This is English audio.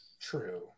True